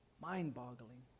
mind-boggling